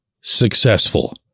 successful